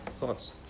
thoughts